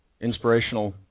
inspirational